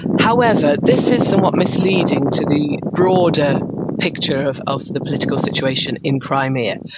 however, this is somewhat misleading to the broader picture of of the political situation in crimea.